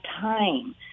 time